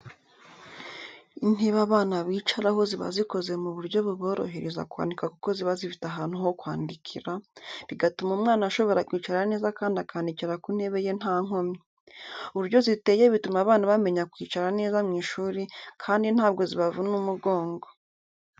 Intebe abana bicaraho ziba zikoze mu buryo buborohereza kwandika kuko ziba zifite ahantu ho kwandikira, bigatuma umwana ashobora kwicara neza kandi akandikira ku ntebe ye nta nkomyi. Uburyo ziteye bituma abana bamenya kwicara neza mu ishuri, kandi ntabwo zibavuna umugongo.